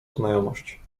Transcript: znajomość